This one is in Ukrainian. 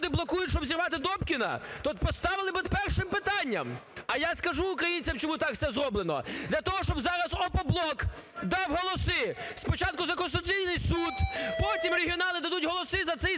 розказуєте, що люди блокують, щоб зірвати Добкіна, то поставили б першим питанням. А я скажу українцям, чому так все зроблено. Для того, щоб зараз "Опоблок" дав голоси спочатку за Конституційний Суд, потім регіонали дадуть голоси за ці злочинні